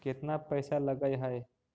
केतना पैसा लगय है?